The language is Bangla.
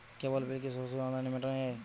কেবল বিল কি সরাসরি অনলাইনে মেটানো য়ায়?